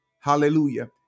hallelujah